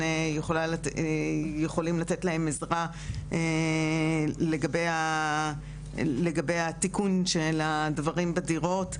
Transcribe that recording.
שיכולים לתת להם עזרה לגבי התיקון של הדברים בדירות.